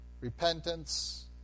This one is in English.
repentance